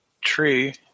tree